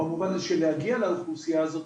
במובן של להגיע אל האוכלוסייה הזאת,